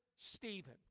Stephen